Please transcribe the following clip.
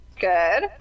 good